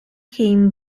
him